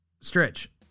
stretch